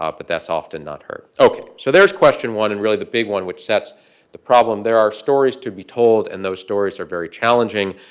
um but that's often not heard. ok, so there's question one and, really, the big one, which sets the problem. there are stories to be told, and those stories are very challenging.